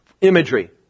Imagery